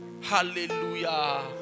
Hallelujah